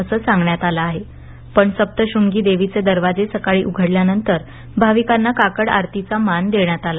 असं सांगण्यात आलं आहे पण सप्तश्रंगी देवीचे दरवाजे सकाळी उघडल्यानंतर भाविकांना काकड आरतीचा मान देण्यात आला